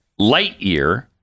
Lightyear